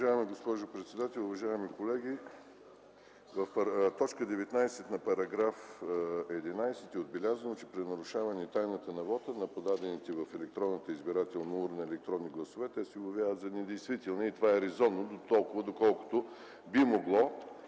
Уважаема госпожо председател, уважаеми колеги! В т. 19 на § 11 е отбелязано, че при нарушаване тайната на вота на подадените в електронната избирателна урна електронни гласове, те се обявяват за недействителни. Това е резонно дотолкова, доколкото би могло